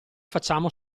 facciamo